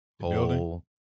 whole